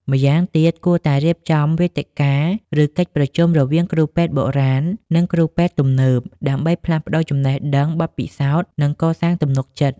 ម្យ៉ាងទៀត គួរតែរៀបចំវេទិកា ឬកិច្ចប្រជុំរវាងគ្រូពេទ្យបុរាណ និងគ្រូពេទ្យទំនើប ដើម្បីផ្លាស់ប្ដូរចំណេះដឹង បទពិសោធន៍ និងកសាងទំនុកចិត្ត។